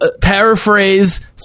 paraphrase